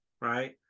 right